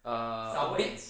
err bi~